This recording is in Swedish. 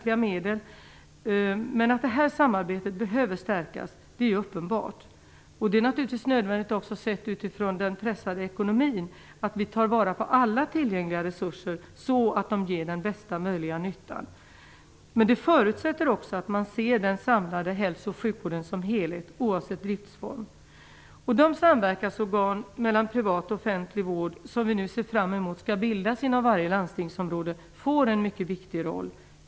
Det är uppenbart att detta samarbete behöver stärkas. Det är också nödvändigt sett utifrån den pressade ekonomin att vi tar vara på alla tillgängliga resurser, så att de ger bästa möjliga nytta. Men det förutsätter också att man ser den samlade hälso och sjukvården som en helhet, oavsett driftsform. De samverkansorgan mellan privat och offentlig vård som vi nu ser fram emot skall bildas inom varje landstingsområde får en mycket viktig roll.